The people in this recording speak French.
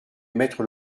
émettre